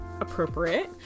appropriate